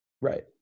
right